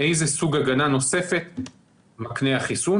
איזה סוג הגנה נוספת מקנה החיסון,